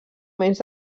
menys